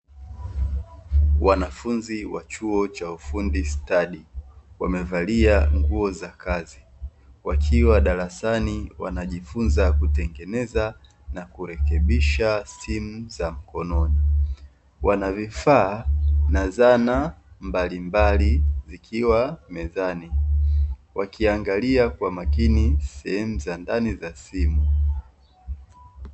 Wanafunzi wa chuo cha ufundi stadi, wamevalia nguo za kazi wakiwa darasani wanajifunza kutengeneza na kurekebisha simu za mkononi. Wana vifaa na zana mbalimbali zikiwa mezani, wakiangalia kwa makini sehemu za ndani za simu.